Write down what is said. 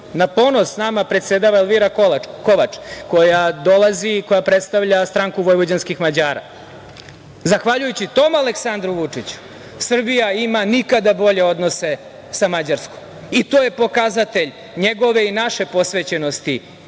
na ponos nama predsedava Elvira Kovač, koja dolazi i koja predstavlja Stranku vojvođanskih Mađara. Zahvaljujući tom Aleksandru Vučiću Srbija ima nikada bolje odnose sa Mađarskom i to je pokazatelj njegove i naše posvećenosti